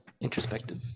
introspective